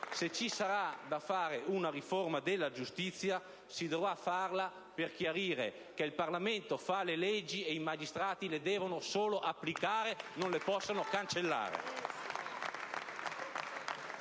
se ci sarà da fare una riforma della giustizia, la si dovrà fare per chiarire che il Parlamento fa le leggi e che i magistrati le devono solo applicare, non le possono cancellare.